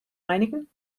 einigen